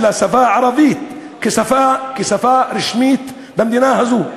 השפה הערבית כשפה רשמית במדינה הזו.